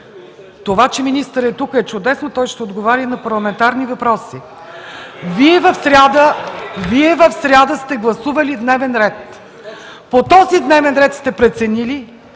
Това, че министърът е тука, е чудесно. Той ще отговаря и на парламентарни въпроси. Вие в сряда сте гласували дневен ред. По този дневен ред сте преценили,